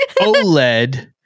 OLED